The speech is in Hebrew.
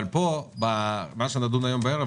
אבל כאן במה שנדון הערב,